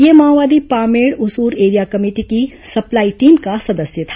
यह माओवादी Pamed Usur area committee की सप्लाई टीम का सदस्य था